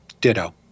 Ditto